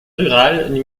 rural